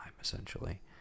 essentially